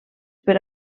per